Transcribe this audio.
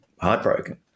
heartbroken